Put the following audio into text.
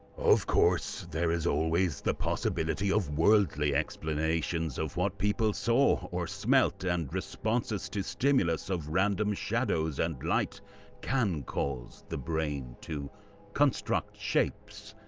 of course, there is always the possibility of worldly explanations of what people saw or smelt, and responses to stimulus of random shadows and light can cause the brain to construct shapes,